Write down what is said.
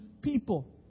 people